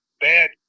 bad